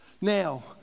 Now